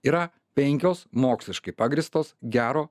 yra penkios moksliškai pagrįstos gero